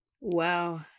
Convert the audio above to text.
Wow